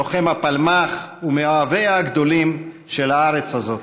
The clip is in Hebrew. לוחם הפלמ"ח ומאוהביה הגדולים של הארץ הזאת,